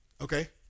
Okay